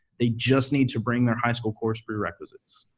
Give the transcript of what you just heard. they just need to bring their high school course prerequisites.